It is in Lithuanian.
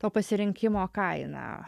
to pasirinkimo kaina